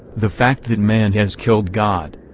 the fact that man has killed god.